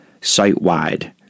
site-wide